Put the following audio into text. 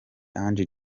ange